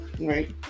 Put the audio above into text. right